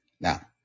Now